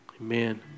Amen